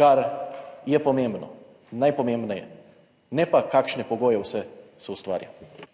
kar je pomembno, najpomembneje, ne pa kakšne pogoje vse se ustvarja.